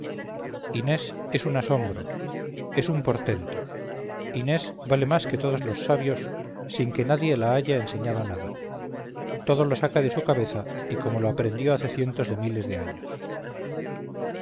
inés es un asombro es un portento inés vale más que todos los sabios sin que nadie la haya enseñado nada todo lo saca desu cabeza y todo lo aprendió hace cientos de miles de años